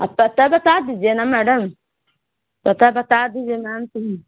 آپ پتہ بتا دیجیے نا میڈم پتہ بتا دیجیے میم تو